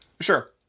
Sure